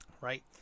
Right